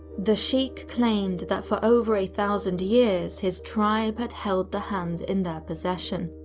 the sheikh claimed that for over a thousand years his tribe had held the hand in their possession.